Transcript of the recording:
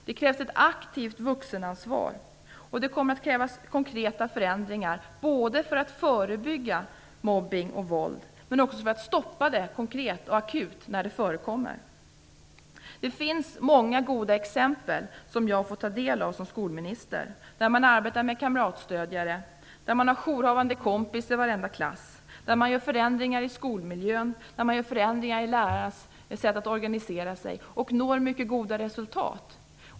Det krävs ett aktivt vuxenansvar, och det kommer att krävas konkreta förändringar både för att förebygga mobbning och våld och för att konkret och akut stoppa sådant när det förekommer. Det finns många goda exempel som jag som skolminister fått ta del av. Det kan handla om att man arbetar med kamratstödjare, med jourhavande kompis i varenda klass och med förändringar i skolmiljön och i lärarens sätt att organisera sig och därmed når mycket goda resultat.